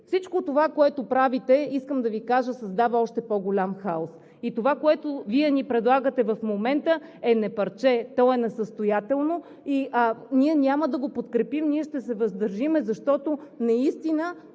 Всичко това, което правите, създава още по-голям хаос и това, което Вие ни предлагате в момента, е на парче. То е несъстоятелно и ние няма да го подкрепим. Ние ще се въздържим, защото наистина